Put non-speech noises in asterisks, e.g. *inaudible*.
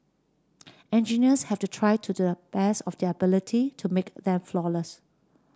*noise* engineers have to try to do the best of their ability to make them flawless